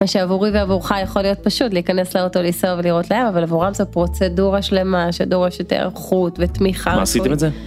מה שעבורי ועבורך יכול להיות פשוט להיכנס לאוטו, לנסוע ולראות להם אבל עבורם זה פרוצדורה שלמה, שדורשת הערכות ותמיכה. מה, עשיתם את זה?